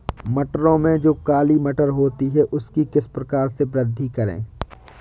मटरों में जो काली मटर होती है उसकी किस प्रकार से वृद्धि करें?